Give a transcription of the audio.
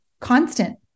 constant